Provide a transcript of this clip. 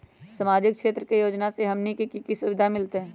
सामाजिक क्षेत्र के योजना से हमनी के की सुविधा मिलतै?